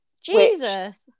Jesus